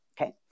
Okay